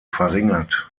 verringert